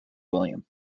william